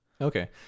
okay